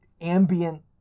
ambient